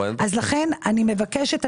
לכן אני מבקשת,